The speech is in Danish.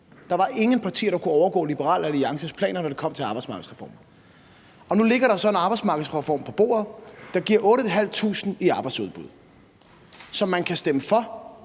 Der var ingen partier, der kunne overgå Liberal Alliances planer, når det kom til arbejdsmarkedsreformer. Nu ligger der så en arbejdsmarkedsreform på bordet, der giver 8.500 i arbejdsudbud, og som man kan stemme for